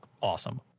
awesome